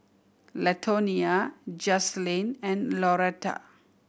Latonia Jazlynn and Laurette